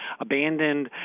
abandoned